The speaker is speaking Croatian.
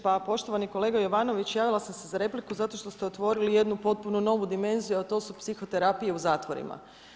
Pa poštovani kolega Jovanović, javila sam se za repliku zato što ste otvorili jednu potpunu novu dimenziju a to su psihoterapije u zatvorima.